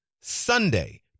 Sunday